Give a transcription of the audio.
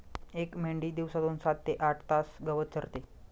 एक मेंढी दिवसातून सात ते आठ तास गवत चरते